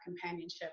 companionship